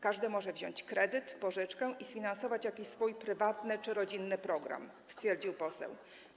Każdy może wziąć kredyt, pożyczkę i sfinansować jakiś swój prywatny czy rodzinny program - stwierdził poseł.